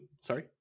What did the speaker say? Sorry